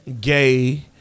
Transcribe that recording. gay